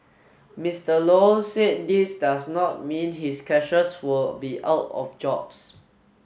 Mister Low said this does not mean his cashiers will be out of jobs